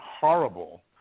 horrible